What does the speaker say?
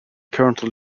currently